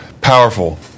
Powerful